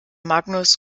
magnus